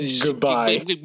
goodbye